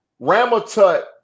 Ramatut